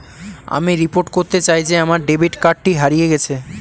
আমি রিপোর্ট করতে চাই যে আমার ডেবিট কার্ডটি হারিয়ে গেছে